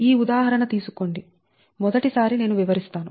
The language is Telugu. ఈ ఉదాహరణ తీసుకోండి మొదటిసారి నేను వివరిస్తాను